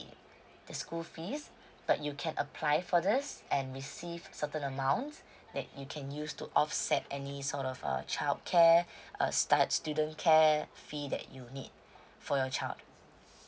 the school fee but you can apply for this and receive certain amount that you can use to offset any sort of uh childcare uh start student care fee that you need for your child